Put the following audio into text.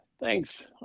Thanks